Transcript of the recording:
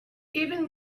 even